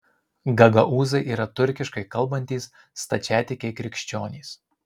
gagaūzai yra turkiškai kalbantys stačiatikiai krikščionys